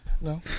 No